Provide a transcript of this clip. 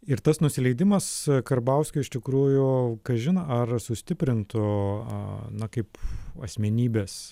ir tas nusileidimas karbauskiui iš tikrųjų kažin ar sustiprintų a na kaip asmenybės